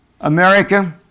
America